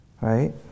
right